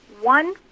one